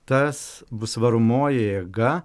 tas bus varomoji jėga